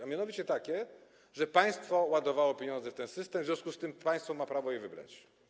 A mianowicie takie, że państwo ładowało pieniądze w ten system, w związku z tym państwo ma prawo je wybrać.